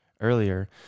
earlier